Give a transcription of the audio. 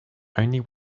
only